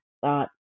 thought